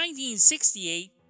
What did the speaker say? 1968